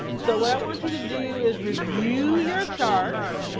so what i want you to do is review your charts,